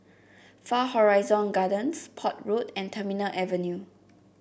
Far Horizon Gardens Port Road and Terminal Avenue